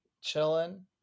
chilling